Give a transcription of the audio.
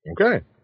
Okay